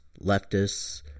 leftists